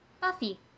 Buffy